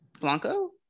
Blanco